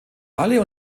alle